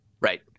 Right